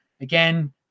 Again